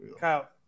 Kyle